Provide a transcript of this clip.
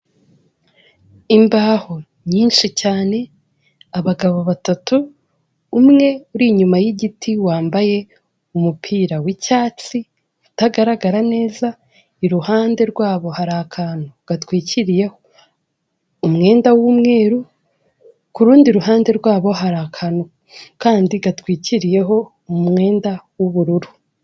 Imbaho nyinshi cyane, abagabo batatu umwe uri inyuma y'igiti wambaye umupira w'icyatsi utagaragara neza, iruhande rwabo hari akantu gatwikiriyeho umwenda w'umweru, kurundi ruhande rwabo hari akantu kandi gatwikiriyeho umwenda w'ubururu.